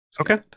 Okay